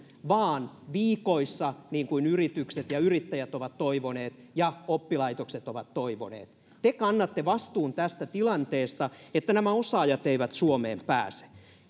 vaan viikoissa niin kuin yritykset ja yrittäjät ovat toivoneet ja oppilaitokset ovat toivoneet te kannatte vastuun tästä tilanteesta että nämä osaajat eivät suomeen pääse